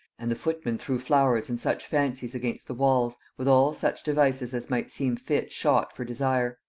and the footmen threw flowers and such fancies against the walls, with all such devices as might seem fit shot for desire.